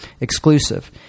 exclusive